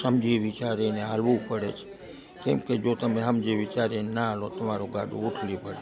સમજી વિચારીને ચાલવું પડે છે કેમકે જો તમે સમજી વિચારીન ના ચાલો મારું ગાડું ઊથલી પડે